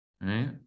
right